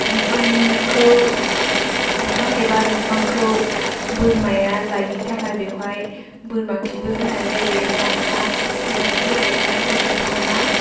बिफांखौ बिफां एबा दंफांखौ बोरमाया जायिनि थाखाय बेवहाय बोरमा खिबो होनाय जायो मानोना बोरमा खि होबाथाय बे बिफाङा